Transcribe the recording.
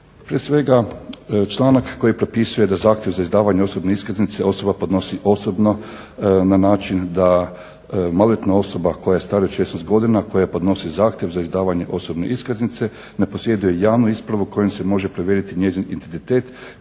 prije svega članak koji propisuje da zahtjev za izdavanje osobne iskaznice osoba podnosi osobno na način da maloljetna osoba koja je starija od 16 godina koja podnosi zahtjev za izdavanje osobne iskaznice ne posjeduje javnu ispravu kojom se može provjeriti njezin identitet,